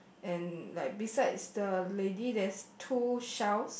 and like besides the lady there's two shells